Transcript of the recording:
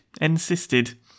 insisted